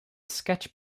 sketch